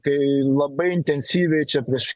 kai labai intensyviai čia prieš